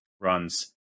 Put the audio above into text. runs